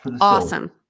Awesome